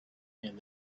and